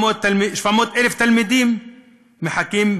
700,000 תלמידים מחכים.